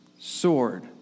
Sword